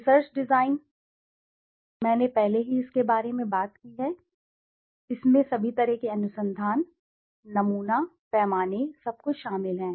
research design मैंने पहले ही इसके बारे में बात की है इसलिए इसमें सभी तरह के अनुसंधान नमूना पैमाने सब कुछ शामिल हैं